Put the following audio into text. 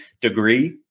degree